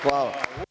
Hvala.